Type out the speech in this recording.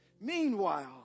Meanwhile